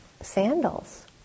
sandals